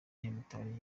nyamitari